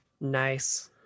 nice